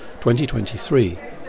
2023